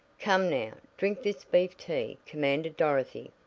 come, now, drink this beef tea, commanded dorothy,